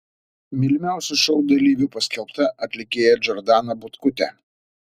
mylimiausiu šou dalyviu paskelbta atlikėja džordana butkutė